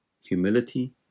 humility